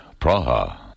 Praha